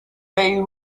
they